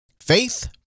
faith